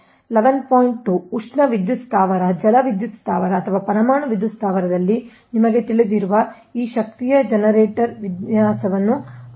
2 ಉಷ್ಣ ವಿದ್ಯುತ್ ಸ್ಥಾವರ ಜಲವಿದ್ಯುತ್ ಸ್ಥಾವರ ಅಥವಾ ಪರಮಾಣು ವಿದ್ಯುತ್ ಸ್ಥಾವರದಲ್ಲಿ ನಿಮಗೆ ತಿಳಿದಿರುವ ಈ ಶಕ್ತಿಯ ಜನರೇಟರ್ನ ವಿನ್ಯಾಸವನ್ನು ಅವಲಂಬಿಸಿರುತ್ತದೆ